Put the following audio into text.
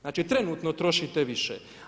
Znači trenutno trošite više.